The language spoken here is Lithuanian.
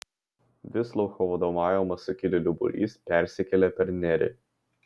visloucho vadovaujamas sukilėlių būrys persikėlė per nerį